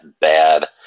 bad